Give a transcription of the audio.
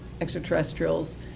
extraterrestrials